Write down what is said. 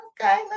Okay